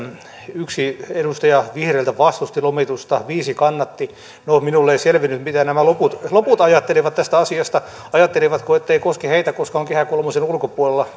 yksi edustaja vihreiltä vastusti lomitusta viisi kannatti no minulle ei selvinnyt mitä loput ajattelivat tästä asiasta ajattelivatko ettei koske heitä koska nämä maatalouslomittajat ovat pääasiassa kehä kolmosen ulkopuolella